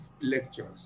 lectures